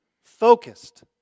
focused